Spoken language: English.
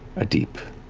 a deep,